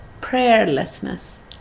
Prayerlessness